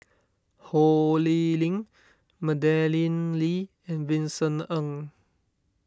Ho Lee Ling Madeleine Lee and Vincent Ng